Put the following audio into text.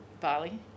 Bali